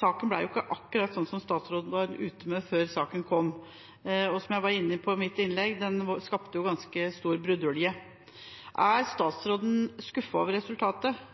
saken ble jo ikke akkurat sånn som statsråden var ute med før saken kom. Som jeg var inne på i mitt innlegg: Den skapte ganske stor brudulje. Er statsråden skuffet over resultatet,